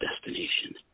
destination